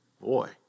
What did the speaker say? Boy